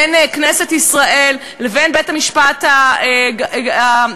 בין כנסת ישראל לבין בית-המשפט העליון